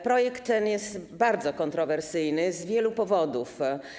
Projekt ten jest bardzo kontrowersyjny z wielu powodów.